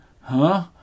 Huh